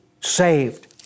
saved